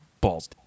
balls